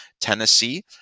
Tennessee